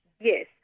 Yes